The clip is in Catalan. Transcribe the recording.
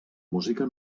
música